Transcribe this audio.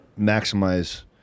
maximize